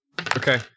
Okay